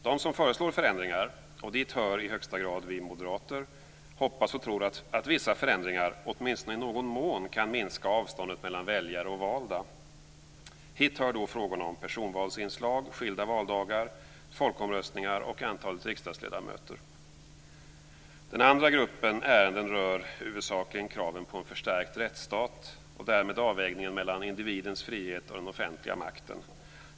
De som föreslår förändringar - och dit hör i högsta grad vi moderater - hoppas och tror att vissa förändringar åtminstone i någon mån kan minska avståndet mellan väljare och valda. Hit hör frågorna om personvalsinslag, skilda valdagar, folkomröstningar och antalet riksdagsledamöter. Den andra gruppen ärenden rör huvudsakligen kraven på en förstärkt rättsstat och därmed avvägningen mellan individens frihet och den offentliga makten.